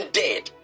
dead